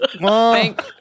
Thank